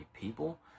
people